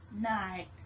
Night